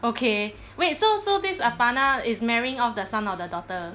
okay wait so so this apanah is marrying off the son or the daughter